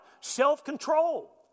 self-control